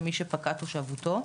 למי שפקעה תושבותו.